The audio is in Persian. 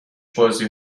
بازی